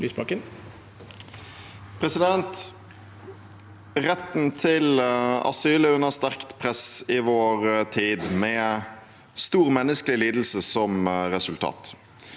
sa- ken): Retten til asyl er under sterkt press i vår tid, med stor menneskelig lidelse som resultat.